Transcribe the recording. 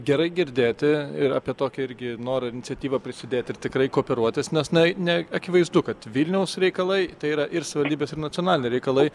gerai girdėti ir apie tokį irgi norą iniciatyvą prisidėti ir tikrai kooperuotis nes na ne akivaizdu kad vilniaus reikalai tai yra ir savivaldybės ir nacionaliniai reikalai